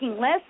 less